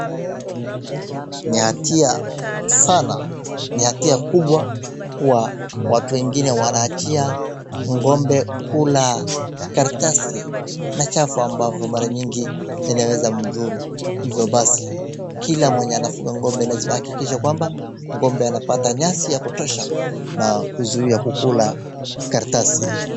Ni hatia sana, ni hatia kubwa kuwa watu wengine wanawachia ng'ombe kula karatasi machafu ambavyo mara nyingi yanaweza mdhuru. Hivyo basi kila mwenye anafuga ng'ombe anahakikisha kwamba ng'ombe anapata nyasi ya kutosha na kuzuia kukula karatasi.